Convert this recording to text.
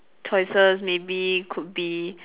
choices maybe could be